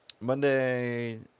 Monday